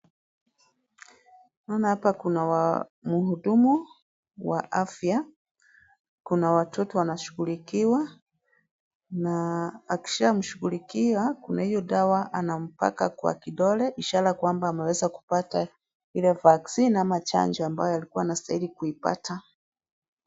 Naona hapa kuna mhudumu wa afya. Kuna watoto wanashughulikiwa na akishamshughulikia, kuna hiyo dawa anampaka kwa kidole ishara kwamba ameweza kupata ile vaccine ama chanjo ambayo alikuwa anastahili kuipata.